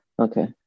Okay